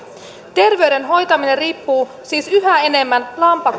terveyden hoitaminen riippuu siis yhä enemmän